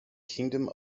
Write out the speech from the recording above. kingdom